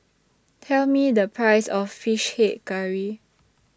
Tell Me The Price of Fish Head Curry